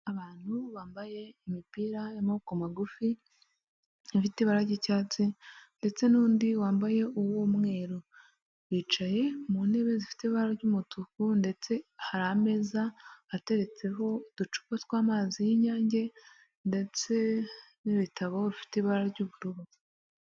Abantu bambaye imipira y'amaboko magufi, ifite ibara ry'icyatsi, ndetse n'undi wambaye uw'umweru, bicaye mu ntebe zifite ibara ry'umutuku ndetse hari ameza ateretseho uducupa tw'amazi y'inyange, ndetse n'ibitabo bifite ibara ry'ubururu.